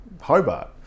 Hobart